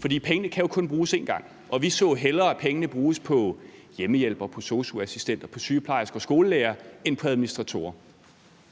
For pengene kan jo kun bruges én gang, og vi så hellere, at pengene bruges på hjemmehjælpere, på sosu-assistenter, på sygeplejersker og på skolelærere end på administratorer.